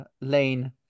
lane